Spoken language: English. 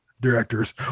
directors